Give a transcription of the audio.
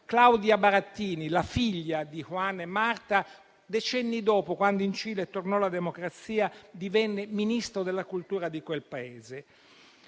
Claudia Barattini, la figlia di Juan e Marta, decenni dopo, quando in Cile tornò la democrazia, divenne ministro della cultura di quel Paese.